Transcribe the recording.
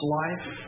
life